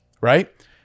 right